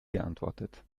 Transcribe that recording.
geantwortet